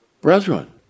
Brethren